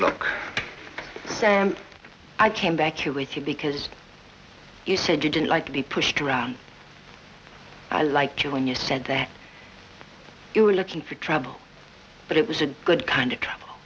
look so i came back here with you because you said you didn't like to be pushed around i liked you when you said that you were looking for trouble but it was a good kind of trouble